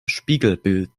spiegelbild